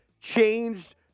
changed